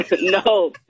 No